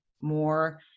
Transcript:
more